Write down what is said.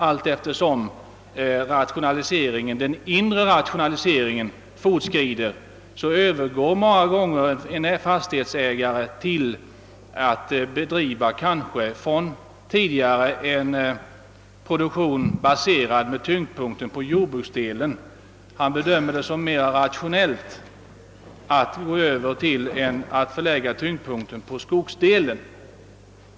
Allteftersom den inre rationaliseringen fortskrider övergår alltfler fastighetsägare, som tidigare bedrivit en produk tion baserad på jordbruksdelen, till att förlägga tyngdpunkten i skogsdelen.